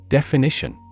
Definition